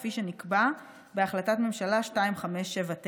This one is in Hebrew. כפי שנקבע בהחלטת ממשלה 2579,